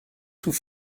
sous